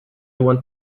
want